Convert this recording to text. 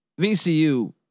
VCU